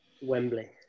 Wembley